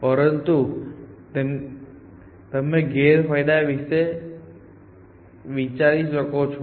પરંતુ તમે ગેરફાયદા વિશે વિચારી શકો છો